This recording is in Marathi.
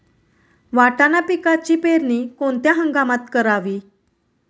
वाटाणा पिकाची पेरणी कोणत्या हंगामात करावी?